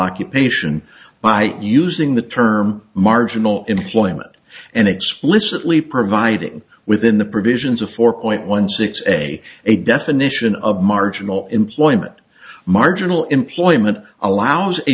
occupation by using the term marginal employment and explicitly providing within the provisions of four point one six a a definition of marginal employment marginal employment allows a